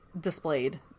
displayed